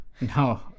No